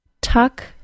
Tuck